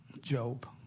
Job